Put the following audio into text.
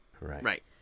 Right